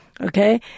okay